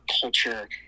culture